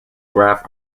graph